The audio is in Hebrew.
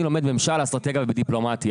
אני לומד ממשל, אסטרטגיה ודיפלומטיה.